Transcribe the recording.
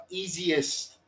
easiest